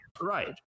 Right